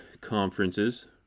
conferences